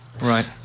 right